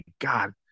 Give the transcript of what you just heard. god